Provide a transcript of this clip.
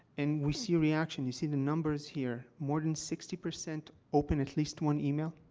and we see a reaction. you see the numbers here. more than sixty percent open at least one email